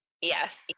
Yes